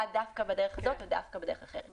דווקא בדרך הזאת או דווקא בדרך אחרת.